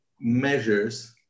measures